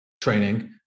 training